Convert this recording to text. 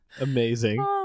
amazing